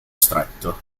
stretto